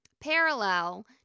parallel